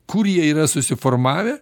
kur jie yra susiformavę